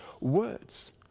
words